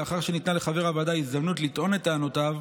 לאחר שניתנה לחבר הוועדה הזדמנות לטעון את טענותיו,